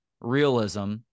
realism